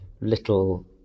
little